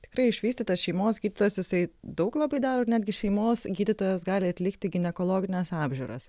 tikrai išvystyta šeimos gydytojas jisai daug labai daro ir netgi šeimos gydytojas gali atlikti ginekologines apžiūras